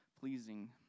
pleasing